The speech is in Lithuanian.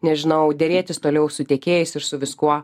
nežinau derėtis toliau su tiekėjais ir su viskuo